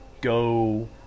go